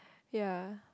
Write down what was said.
ya